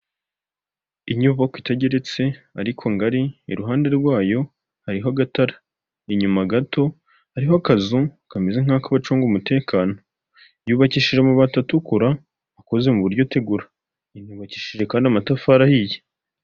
Inyubako itageretse ariko ngari iruhande rwayo hariho agatara, inyuma gato hariho akazu kameze nkak'abacunga umutekano. Yubakishije amabati atukura akoze mu buryo tegura, inubakishije kandi amatafari ahiye.